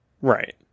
Right